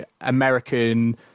American